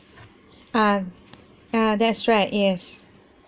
uh uh that's right yes